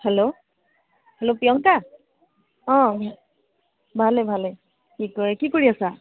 hello hello Priyanka অ ভালে ভালে কি কয় কি কৰি আছা